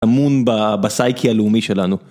אמון בסייקי הלאומי שלנו.